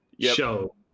show